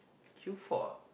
queue for ah